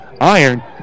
iron